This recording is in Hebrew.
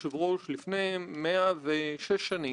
גם היא יצאה לדרך בעקבות מאבקים לא פשוטים.